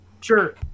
Sure